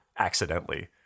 accidentally